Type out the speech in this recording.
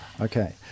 Okay